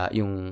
yung